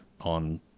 on